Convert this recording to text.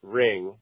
ring